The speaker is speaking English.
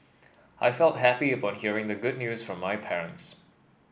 I felt happy upon hearing the good news from my parents